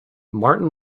martin